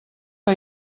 que